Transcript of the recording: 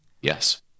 yes